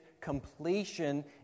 completion